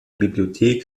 bibliothek